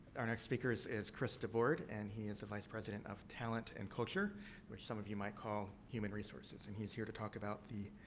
speaker is is chris debord and he is the vice president of talent and culture which some of you might call human resources. and, he's here to talk about the